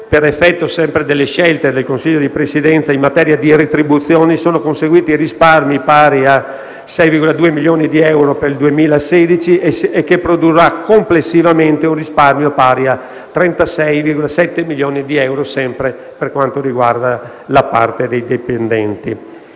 per effetto delle scelte del Consiglio di Presidenza in materia di retribuzioni, sono conseguiti risparmi pari a 6,2 milioni di euro per il 2016 che produrranno complessivamente un risparmio pari a 36,7 milioni di euro sempre per quanto riguarda i dipendenti.